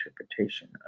interpretation